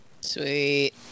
Sweet